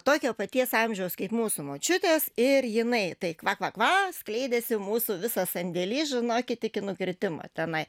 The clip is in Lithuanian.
tokio paties amžiaus kaip mūsų močiutės ir jinai tai kva kva kva skleidėsi mūsų visas sandėlys žinokit iki nukritimo tenai